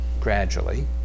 gradually